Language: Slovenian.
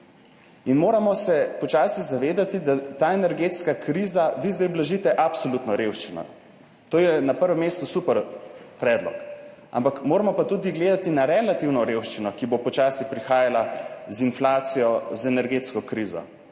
Moramo se počasi zavedati, da ta energetska kriza, vi zdaj blažite absolutno revščino, to je na prvem mestu super predlog, ampak moramo pa gledati tudi na relativno revščino, ki bo počasi prihajala z inflacijo, z energetsko krizo.